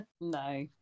no